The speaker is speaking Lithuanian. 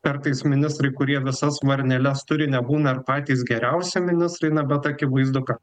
kartais ministrai kurie visas varneles turi nebūna ir patys geriausi ministrai na bet akivaizdu kad